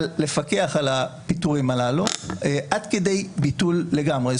לפקח על הפיטורים הללו עד כדי ביטול לגמרי.